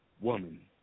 woman